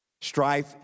Strife